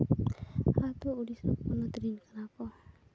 ᱦᱟᱣ ᱫᱚ ᱳᱰᱤᱥᱟ ᱯᱚᱱᱚᱛ ᱨᱮᱱ ᱠᱟᱱᱟ ᱠᱚ